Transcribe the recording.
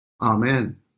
amen